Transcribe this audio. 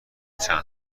چند